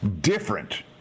different